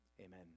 Amen